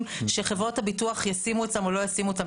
שחברות הביטוח ישימו אותם או לא ישימו אותם.